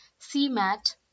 CMAT